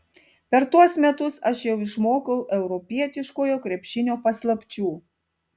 per tuos metus aš jau išmokau europietiškojo krepšinio paslapčių